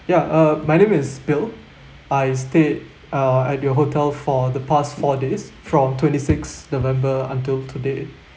ya uh my name is bill I stayed uh at your hotel for the past four days from twenty six november until today